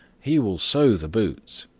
he will sew the boots.